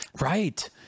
Right